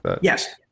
Yes